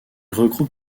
regroupe